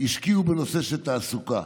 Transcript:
השקיעו בנושא של תעסוקה,